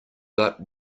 but